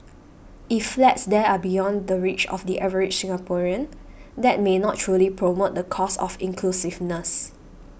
if flats there are beyond the reach of the average Singaporean that may not truly promote the cause of inclusiveness